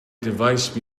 device